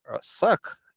suck